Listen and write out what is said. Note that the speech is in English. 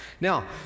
Now